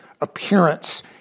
appearance